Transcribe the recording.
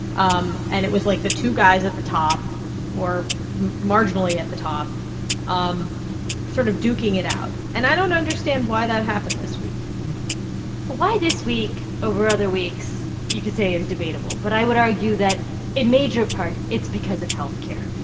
um and it was like the two guys at the top or marginally at the top um sort of duking it out. and i don't understand why that happened this week ah why this week over other weeks, you could say, is debatable. but i would argue that in major part it's because of health care.